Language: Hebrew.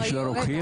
(היו"ר טטיאנה מזרסקי, 11:33)